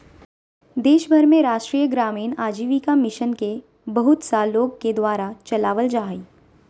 देश भर में राष्ट्रीय ग्रामीण आजीविका मिशन के बहुत सा लोग के द्वारा चलावल जा हइ